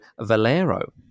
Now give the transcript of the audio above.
Valero